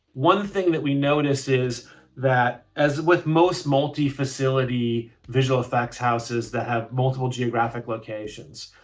one thing that we notice is that as with most multi-facility visual effects houses that have multiple geographic locations,